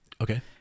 Okay